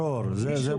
זה ברור.